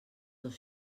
dos